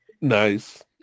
nice